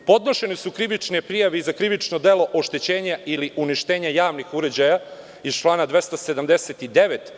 Podnošene su krivične prijave i za krivično delo oštećenja ili uništenja javnih uređaja iz člana 279.